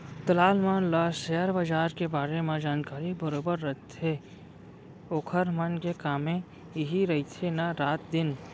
दलाल मन ल सेयर बजार के बारे मन जानकारी बरोबर बने रहिथे ओखर मन के कामे इही रहिथे ना रात दिन